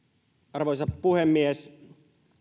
arvoisa puhemies